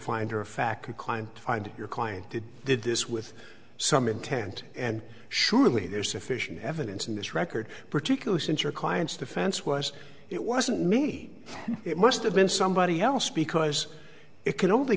find your client did did this with some intent and surely there's sufficient evidence in this record particularly since your client's defense was it wasn't me it must have been somebody else because it can only